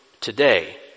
today